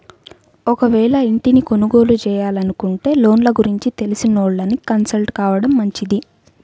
ఒకవేళ ఇంటిని కొనుగోలు చేయాలనుకుంటే లోన్ల గురించి తెలిసినోళ్ళని కన్సల్ట్ కావడం మంచిది